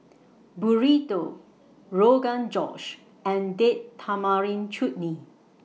Burrito Rogan Josh and Date Tamarind Chutney